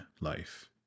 life